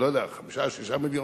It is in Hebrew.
אני לא יודע, 6-5 מיליון,